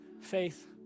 faith